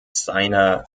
seiner